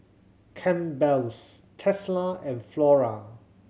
Campbell's Tesla and Flora